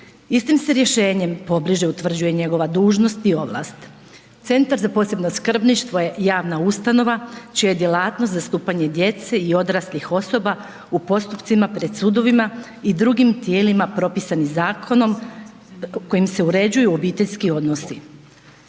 Istim se rješenjem pobliže utvrđuje njegova dužnost i ovlast. Centar za posebno skrbništvo je javna ustanova čija je djelatnost zastupanje djece i odraslih osoba u postupcima pred sudovima i drugim tijelima propisanim zakonom kojim se uređuju obiteljski odnosi.